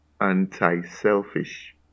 anti-selfish